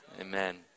Amen